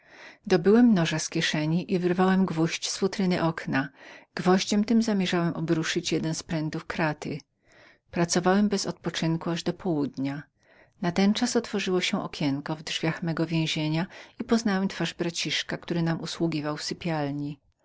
dobyłem noża z kieszeni i zacząłem wyjmować gwoździe z okna tym sposobem postanowiłem obruszyć jedną kratę pracowałem bez odetchnięcia aż do południa natenczas otworzyły się drzwi mego więzienia i poznałem twarz braciszka który nam usługiwał